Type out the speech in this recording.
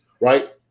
right